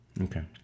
okay